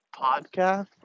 podcast